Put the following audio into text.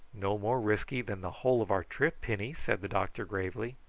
no more risky than the whole of our trip, penny, said the doctor gravely.